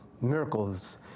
miracles